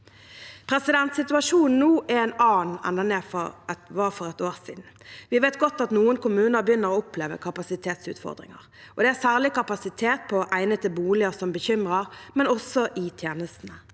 80 000. Situasjonen nå er en annen enn den var for ett år siden. Vi vet godt at noen kommuner begynner å oppleve kapasitetsutfordringer. Det er særlig kapasitet på egnede boliger som bekymrer, men også i tjenestene.